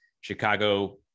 Chicago